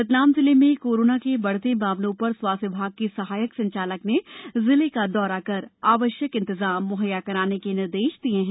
रतलाम जिले में कोरोना के बढ़ते मामलों पर स्वास्थ्य विभाग की सहायक संचालक ने जिले का दौरा कर आवश्यक इंतजाम मुहैया कराने के निर्देश दिये हैं